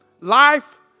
Life